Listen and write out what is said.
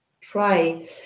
try